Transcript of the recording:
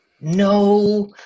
No